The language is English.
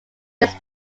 this